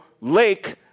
lake